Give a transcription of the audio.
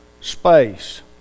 space